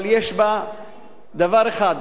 אבל יש בה דבר אחד,